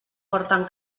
porten